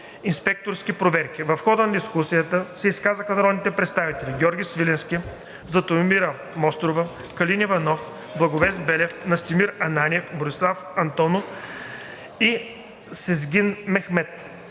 инспекторски проверки. В хода на дискусията се изказаха народните представители: Георги Свиленски, Златомира Мострова, Калин Иванов, Благовест Белев, Настимир Ананиев, Борислав Антонов и Сезгин Мехмед.